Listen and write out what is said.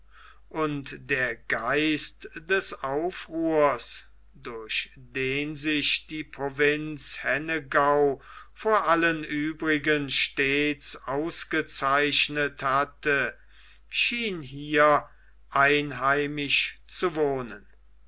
und der geist des aufruhrs durch den sich die provinz hennegau vor allen übrigen stets ausgezeichnet hatte schien hier einheimisch zu wohnen